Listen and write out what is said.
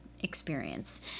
experience